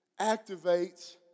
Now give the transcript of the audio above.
activates